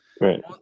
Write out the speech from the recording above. Right